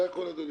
זה הכול, אדוני.